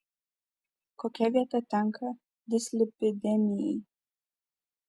kokia vieta tenka dislipidemijai